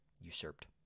usurped